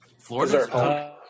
Florida